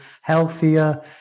healthier